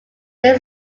there